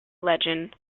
legend